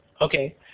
okay